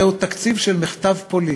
זהו תקציב של מחטף פוליטי,